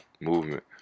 movement